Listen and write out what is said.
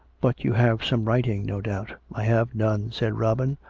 but you have some writing, no doubt i have none, said robin.